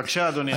בבקשה, אדוני השר.